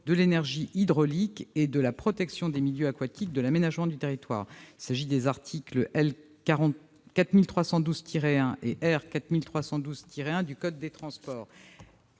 de l'énergie hydraulique, de la protection des milieux aquatiques et de l'aménagement du territoire. Il s'agit des articles L. 4312-1 et R. 4312-1 du code des transports.